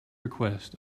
request